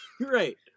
Right